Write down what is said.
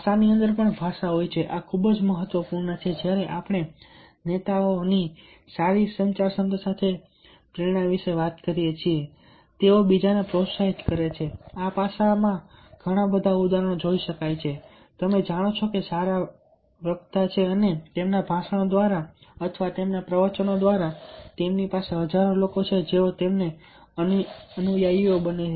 ભાષાની અંદર ભાષા હોય છે આ ખૂબ જ મહત્વપૂર્ણ છે જ્યારે આપણે નેતાઓની તેમની સારી સંચાર ક્ષમતા સાથે પ્રેરણા વિશે વાત કરીએ છીએ તેઓ પ્રોત્સાહિત કરે છે આ પાસામાં ઘણા બધા ઉદાહરણો જોઈ શકાય છે તમે જાણો છો કે તે સારા વક્તા છે અને તેમના ભાષણો દ્વારા તેમના પ્રવચન દ્વારા તેમની પાસે હજારો લોકો છે જેઓ તેમના અનુયાયીઓ બને છે